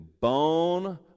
bone